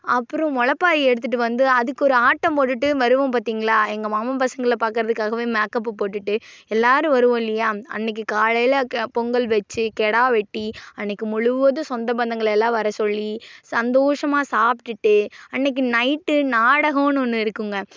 அப்புறம் முளப்பாரி எடுத்துட்டு வந்து அதுக்கு ஒரு ஆட்டம் போட்டுட்டு வருவோம் பார்த்திங்களா எங்கள் மாமன் பசங்களை பார்க்குறதுக்காகவே மேக்கப்பை போட்டுட்டு எல்லோரும் வருவோம் இல்லையா அன்றை க்கு காலையில் க பொங்கல் வச்சி கிடா வெட்டி அன்றைக்கு முழுவதும் சொந்த பந்தங்கள் எல்லாம் வர சொல்லி சந்தோஷமாக சாப்பிடுட்டு அன்றைக்கு நைட்டு நாடகன்னு ஒன்று இருக்குதுங்க